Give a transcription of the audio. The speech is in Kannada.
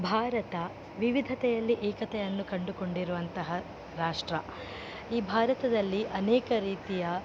ಭಾರತ ವಿವಿಧತೆಯಲ್ಲಿ ಏಕತೆಯನ್ನು ಕಂಡುಕೊಂಡಿರುವಂತಹ ರಾಷ್ಟ್ರ ಈ ಭಾರತದಲ್ಲಿ ಅನೇಕ ರೀತಿಯ